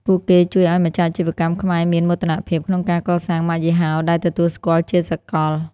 ពួកគេជួយឱ្យម្ចាស់អាជីវកម្មខ្មែរមាន "មោទនភាព" ក្នុងការកសាងម៉ាកយីហោដែលទទួលស្គាល់ជាសកល។